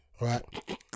right